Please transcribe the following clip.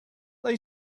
they